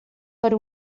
per